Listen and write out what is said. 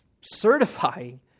certifying